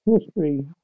history